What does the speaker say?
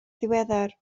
ddiweddar